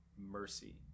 mercy